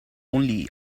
only